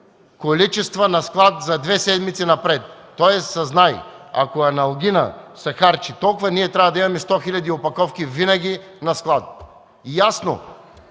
количества на склад за две седмици напред, тоест знае се, ако аналгинът се харчи толкова, ние трябва да имаме 100 хил. опаковки винаги на склад. Ясно,